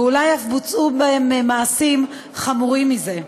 ואולי אף בוצעו בהם מעשים חמורים מזה.